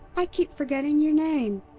i keep forgetting your name!